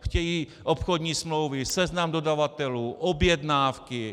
Chtějí obchodní smlouvy, seznam dodavatelů, objednávky.